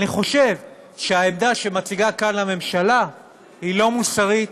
אני חושב שהעמדה שמציגה כאן הממשלה היא לא מוסרית,